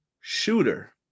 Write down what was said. Shooter